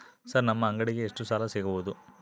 Sir ನಮ್ಮ ಅಂಗಡಿಗೆ ಎಷ್ಟು ಸಾಲ ಸಿಗಬಹುದು?